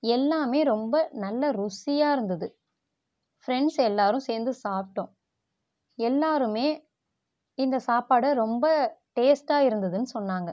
எல்லாமே ரொம்ப நல்லா ருசியாக இருந்தது ஃப்ரெண்ட்ஸ் எல்லோரும் சேர்ந்து சாப்பிட்டோம் எல்லோருமே இந்த சாப்பாடை ரொம்ப டேஸ்ட்டாக இருந்ததுனு சொன்னாங்க